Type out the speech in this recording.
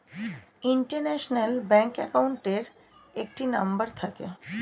international bank অ্যাকাউন্টের একটি number থাকে